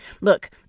Look